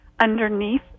underneath